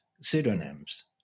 pseudonyms